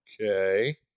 Okay